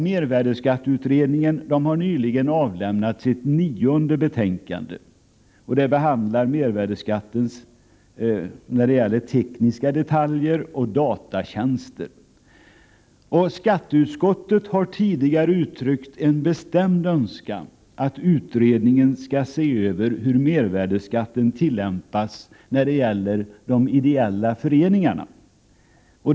Mervärdeskatteutredningen har nyligen avlämnat sitt nionde betänkande, och det behandlar mervärdeskatten när det gäller tekniska detaljer och datatjänster. Skatteutskottet har tidigare uttryckt en bestämd önskan att utredningen skall se över hur mervärdeskatten tillämpas när det gäller de ideella föreningarna.